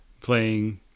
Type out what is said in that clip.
playing